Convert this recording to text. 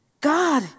God